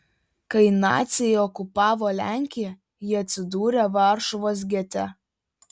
kai naciai okupavo lenkiją ji atsidūrė varšuvos gete